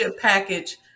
package